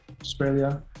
Australia